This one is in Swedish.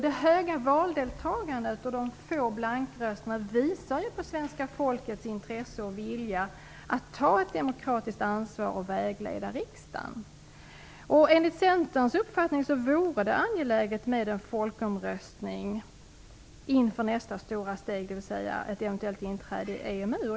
Det höga valdeltagandet och de få blankrösterna visar på det svenska folkets intresse och vilja att ta ett demokratiskt ansvar och vägleda riksdagen. Enligt Centerns uppfattning vore det angeläget med en folkomröstning inför nästa stora steg, dvs. ett eventuellt inträde i EMU.